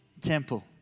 Temple